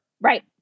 Right